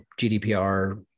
GDPR